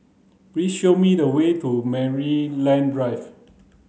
please show me the way to Maryland Drive